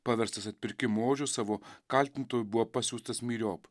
paverstas atpirkimo ožiu savo kaltintojų buvo pasiųstas myriop